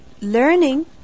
learning